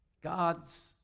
God's